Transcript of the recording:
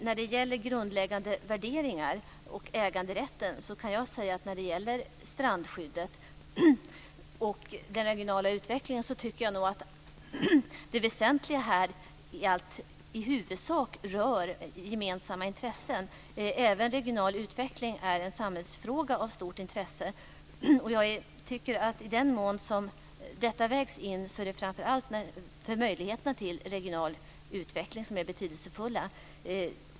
När det gäller grundläggande värderingar och äganderätten kan jag säga att det väsentliga är att strandskyddet och den regionala utvecklingen i huvudsak är gemensamma intressen. Även regional utveckling är en samhällsfråga av stort intresse. I den mån detta vägs in är det framför allt möjligheterna till regional utveckling som är betydelsefulla.